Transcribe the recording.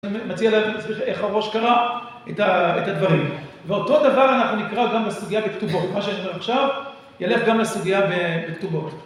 אני מציע לך את עצמך איך הראש קרא את הדברים. ואותו דבר אנחנו נקרא גם בסוגיה בכתובות. מה שיש לנו עכשיו ילך גם לסוגיה בכתובות.